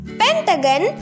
pentagon